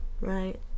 right